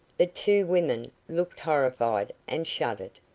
the two women looked horrified and shuddered,